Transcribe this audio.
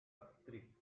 actriz